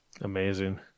amazing